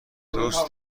دوست